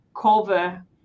cover